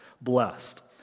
blessed